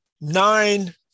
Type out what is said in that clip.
nine